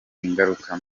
ingaruka